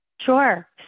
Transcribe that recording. Sure